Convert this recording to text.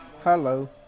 Hello